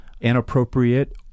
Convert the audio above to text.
inappropriate